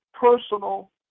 personal